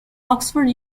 oxford